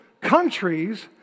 countries